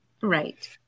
Right